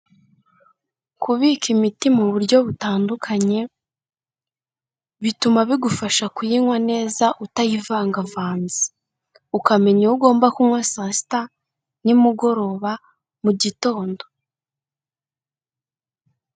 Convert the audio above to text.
Kubika imiti mu buryo butandukanye, bituma bigufasha kuyinywa neza utayivangavanze. Ukamenya uwo ugomba kunywa saa sita, nimugoroba, mugitondo.